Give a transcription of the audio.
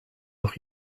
doch